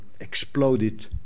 exploded